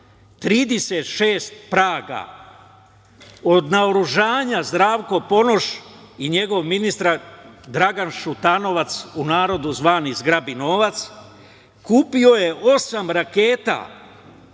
36 "Praga". Od naoružanja, Zdravko Ponoš i njegov ministar Dragan Šutanovac, u narodu zvani "zgrabi novac" kupio je osam raketa